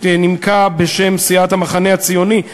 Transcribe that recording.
נימקה בשם סיעת המחנה הציוני.